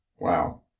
Wow